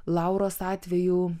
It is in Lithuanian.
lauros atveju